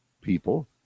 people